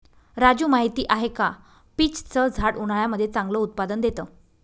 राजू माहिती आहे का? पीच च झाड उन्हाळ्यामध्ये चांगलं उत्पादन देत